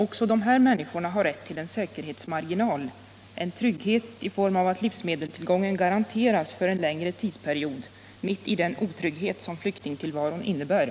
Också de här människorna har rätt till en säkerhetsmarginal, en trygghet i form Nr 26 av att livsmedelstillgången garanteras för en längre tidsperiod, mitt i Fredagen den den otrygghet som flyktingtillvaron innebär.